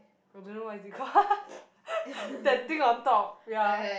I don't know what is it called that thing on top ya